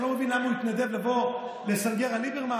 אני לא מבין למה הוא התנדב לבוא לסנגר על ליברמן.